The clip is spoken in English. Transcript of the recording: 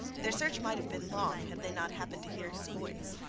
their search might have been long, had they not happened to hear his voice.